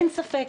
אין ספק,